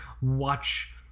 watch